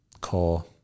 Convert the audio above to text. core